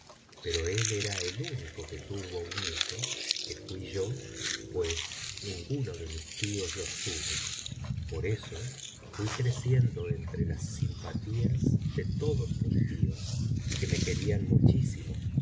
pero él era el único que tuvo un hijo que fui yo pues ninguno de mis tíos los tuvo por eso fui creciendo entre las simpatías de todos mis tíos que me querían muchísimo